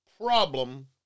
problem